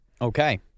Okay